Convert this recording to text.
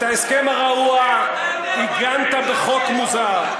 את ההסכם הרעוע עיגנת בחוק מוזר,